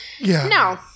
No